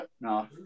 No